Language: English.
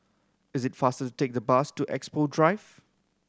is it faster to take the bus to Expo Drive